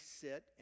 sit